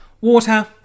water